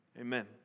Amen